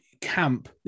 camp